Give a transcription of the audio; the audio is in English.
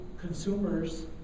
consumers